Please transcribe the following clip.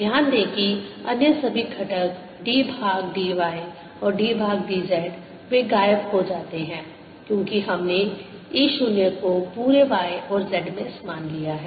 ध्यान दें कि अन्य सभी घटक d भाग dy और d भाग dz वे गायब हो जाते हैं क्योंकि हमने E 0 को पूरे y और z में समान लिया है